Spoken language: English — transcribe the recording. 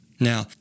Now